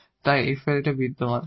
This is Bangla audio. এবং তাই f এ বিদ্যমান